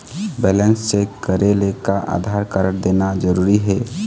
Balance check करेले का Aadhaar card देना जरूरी हे?